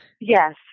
Yes